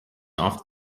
after